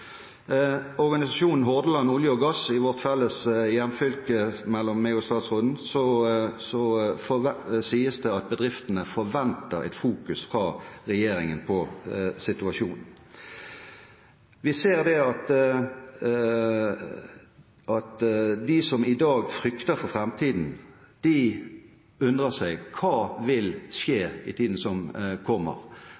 organisasjonen Hordaland Olje og Gass – i mitt og statsrådens felles hjemfylke – sies det at bedriftene forventer at regjeringen vil fokusere på situasjonen. Vi ser at de som i dag frykter for framtiden, undrer seg: Hva vil skje i tiden som kommer?